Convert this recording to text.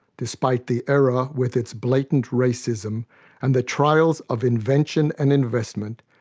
despite the era with its blatant racism and the trials of invention and investment,